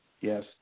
Yes